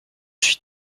suis